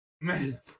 man